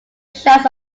shots